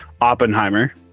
Oppenheimer